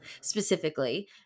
specifically